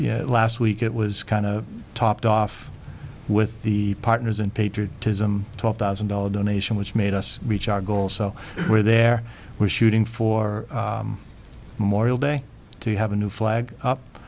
last week it was kind of topped off with the partners in patriotism twelve thousand dollars donation which made us reach our goal so we're there we're shooting for memorial day to have a new flag up